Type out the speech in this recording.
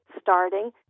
starting